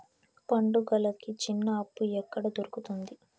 పండుగలకి చిన్న అప్పు ఎక్కడ దొరుకుతుంది